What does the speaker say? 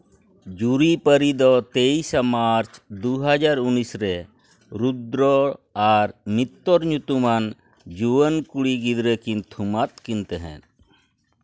ᱡᱩᱨᱤᱼᱯᱟᱹᱨᱤ ᱫᱚ ᱛᱮᱭᱤᱥᱮ ᱢᱟᱨᱪ ᱫᱩ ᱦᱟᱡᱟᱨ ᱩᱱᱤᱥ ᱨᱮ ᱨᱩᱫᱨᱚ ᱟᱨ ᱢᱤᱛᱛᱚᱨ ᱧᱩᱛᱩᱢᱟᱱ ᱡᱩᱣᱟᱹᱱ ᱠᱩᱲᱤ ᱜᱤᱫᱽᱨᱟᱹ ᱠᱤᱱ ᱛᱷᱩᱢᱟᱫ ᱠᱤᱱ ᱛᱟᱦᱮᱸᱫ